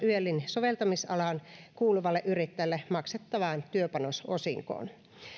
yelin soveltamisalaan kuuluvalle yrittäjälle maksettavan työpanososinkoon